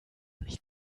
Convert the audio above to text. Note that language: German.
nicht